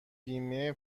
بیمه